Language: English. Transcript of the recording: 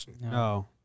no